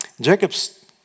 Jacob's